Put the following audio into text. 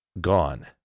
gone